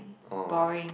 oh